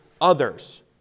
others